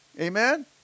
Amen